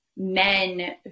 men